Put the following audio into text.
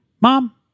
Mom